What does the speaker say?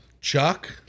Chuck